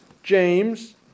James